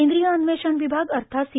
केंद्रीय अन्वेषण विभाग अर्थात सी